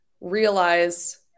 realize